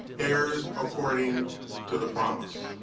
heirs according to the promise